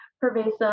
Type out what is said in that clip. pervasive